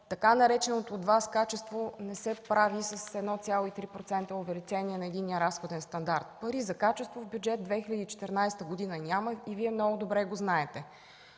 така нареченото от Вас „качество” не се прави с 1,3% увеличение на единния разходен стандарт. Пари за качество в Бюджет 2014 г. няма и Вие много добре го знаете.